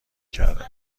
کرده